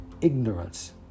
ignorance